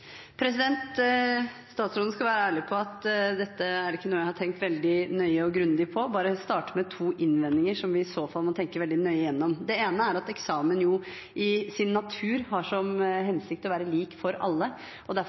Statsråden skal være ærlig på at dette ikke er noe jeg har tenkt veldig nøye og grundig på. La meg bare starte med to innledninger som vi i så fall må tenke veldig nøye gjennom. Det ene er at eksamen i sin natur har som hensikt å være lik for alle, og derfor